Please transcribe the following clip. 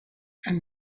and